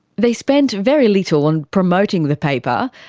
they spent very little on promoting the paper,